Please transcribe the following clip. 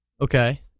Okay